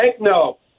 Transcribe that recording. no